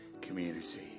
community